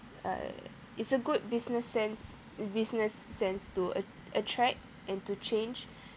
uh it's a good business sense business sense to attract and to change